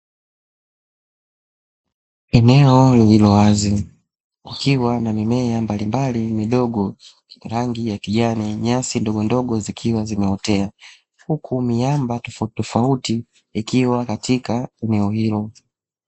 Eneo lililowazi kukiwa na mimea mbalimbali midogo, rangi ya kijani nyasi ndogo ndogo zikiwa zimeotea, huku miamba tofauti tofauti ikiwa katika eneo hilo.